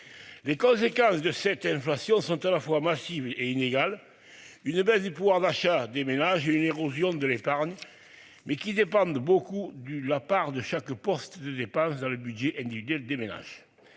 Les conséquences de cette inflation sont à la fois massive et inégal. Une baisse du pouvoir d'achat des ménages, une érosion de l'épargne. Mais qui dépendent beaucoup de la part de chaque poste de dépense dans le budget individuel déménage.